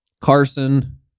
Carson